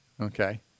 Okay